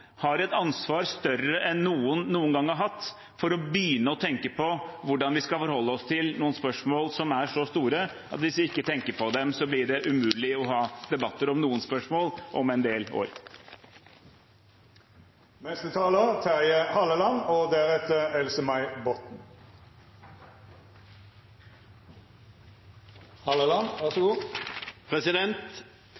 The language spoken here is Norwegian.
har et ansvar større enn noen noen gang har hatt for å begynne å tenke på hvordan vi skal forholde oss til noen spørsmål som er så store at hvis vi ikke tenker på dem, blir det umulig å ha debatter om noen spørsmål om en del år. Jeg ønsker kun å ta opp litt av innlegget til Else-May Botten,